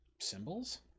symbols